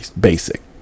basic